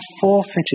forfeited